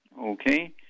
Okay